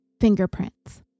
fingerprints